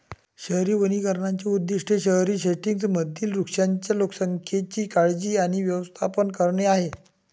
शहरी वनीकरणाचे उद्दीष्ट शहरी सेटिंग्जमधील वृक्षांच्या लोकसंख्येची काळजी आणि व्यवस्थापन करणे आहे